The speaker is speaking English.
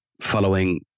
following